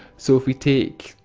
so if we take.